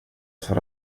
för